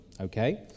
Okay